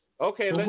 okay